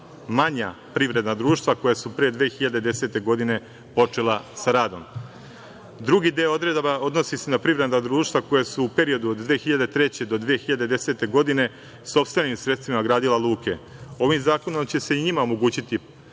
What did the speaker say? manja privredna društva koja su pre 2010. godine počela sa radom. Drugi deo odredaba odnosi se na privredna društva koja su u periodu od 2003. do 2010. godine sopstvenim sredstvima gradila luke. Ovim zakonom će se i njima omogućiti